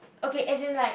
okay as in like